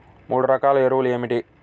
మూడు రకాల ఎరువులు ఏమిటి?